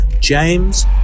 James